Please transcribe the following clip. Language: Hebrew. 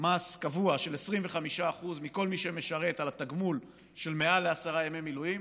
מס קבוע של 25% מכל מי שמשרת על תגמול של מעל עשרה ימי מילואים,